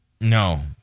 No